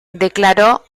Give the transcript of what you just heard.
declaró